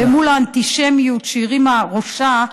ומול האנטישמיות שהרימה ראשה,